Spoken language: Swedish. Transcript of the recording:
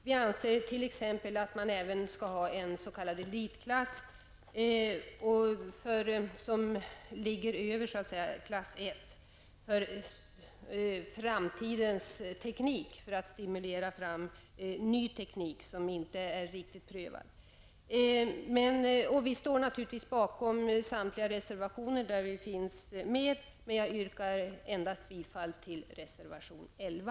Vi anser t.ex. att man även skall ha en s.k. elitklass, som ligger över klass 1, för framtidens teknik och för att stimulera fram ny teknik som ännu inte är riktigt prövad. Vi står naturligtvis bakom samtliga reservationer där vi finns med, men jag yrkar endast bifall till reservation 11.